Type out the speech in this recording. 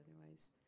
Otherwise